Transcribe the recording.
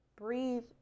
Breathe